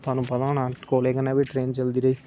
थुहैनू पता होना कोयले कन्ने बी ट्रेन चलदी रेही